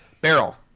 barrel